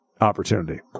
opportunity